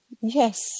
yes